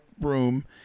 room